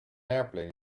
airplane